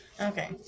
Okay